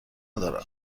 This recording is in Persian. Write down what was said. دارم